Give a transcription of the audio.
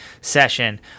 session